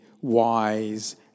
wise